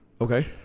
Okay